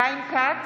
חיים כץ,